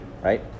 right